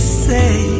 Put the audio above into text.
say